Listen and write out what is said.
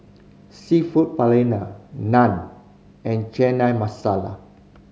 Seafood Paella Naan and Chana Masala